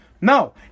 No